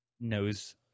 knows